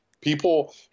people